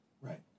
right